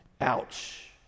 Ouch